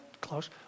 close